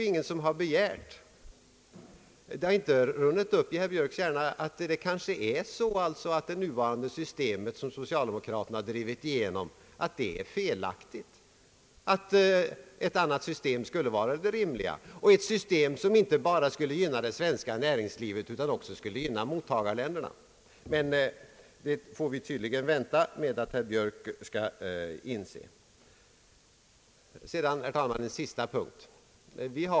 Det har inte runnit upp i herr Björks hjärna att det nuvarande systemet som socialdemokraterna drivit igenom är felaktigt och att ett annat system skulle kunna vara det rimliga, ett system som inte bara skulle gynna det svenska näringslivet utan också fler mottagarländer. Men vi får tydligen vänta på att herr Björk skall inse det.